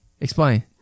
explain